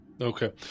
Okay